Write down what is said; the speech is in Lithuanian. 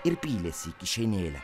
ir pylėsi į kišenėlę